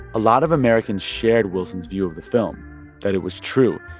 a lot of americans shared wilson's view of the film that it was true,